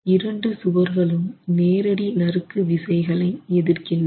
இரண்டு சுவர்களும் நேரடி நறுக்கு விசைகளை எதிர்க்கின்றன